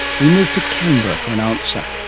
we move to canberra for an answer.